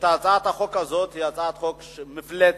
את הצעת החוק הזאת הצעת חוק שהיא מפלצת,